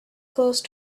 close